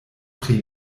pri